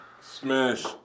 smash